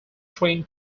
train